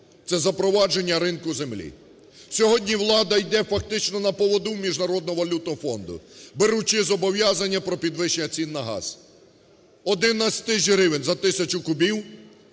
це запровадження ринку землі. Сьогодні влада йде фактично на поводу Міжнародного валютного фонду, беручи зобов'язання про підвищення цін на газ. Одинадцять тисяч гривень за тисячу кубів